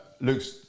Luke's